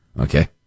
okay